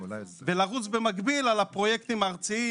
ולרוץ במקביל על הפרויקטים הארציים,